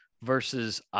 versus